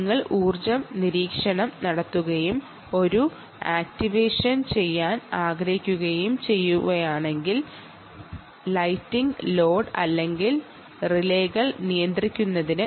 നിങ്ങൾ ഊർജ്ജ നിരീക്ഷണം നടത്തുകയും ഒരു ആക്റ്റിവേഷൻ നടത്താൻ ആഗ്രഹിക്കുകയും ചെയ്യുകയാണെങ്കിൽ ലൈറ്റിംഗ് ലോഡ് അല്ലെങ്കിൽ റിലേകൾ നിയന്ത്രിക്കേണ്ടതാണ്